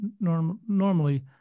normally